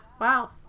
Wow